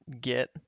get